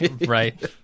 right